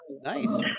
Nice